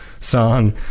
song